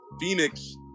Phoenix